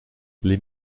les